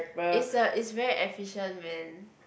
it's uh it's very efficient man